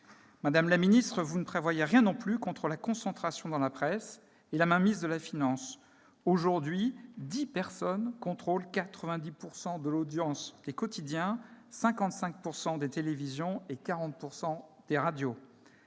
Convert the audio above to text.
Madame la ministre, vous ne prévoyez rien non plus contre la concentration dans la presse et la mainmise de la finance. Aujourd'hui, dix personnes contrôlent 90 % de l'audience des quotidiens, 55 % des télévisions et 40 % des radios.